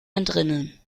entrinnen